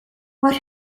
what